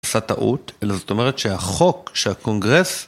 עשה טעות, אלא זאת אומרת שהחוק שהקונגרס